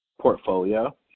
portfolio